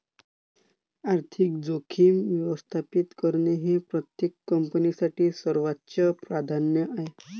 आर्थिक जोखीम व्यवस्थापित करणे हे प्रत्येक कंपनीसाठी सर्वोच्च प्राधान्य आहे